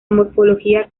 morfología